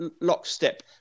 lockstep